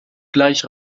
gleich